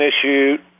issue